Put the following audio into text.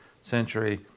century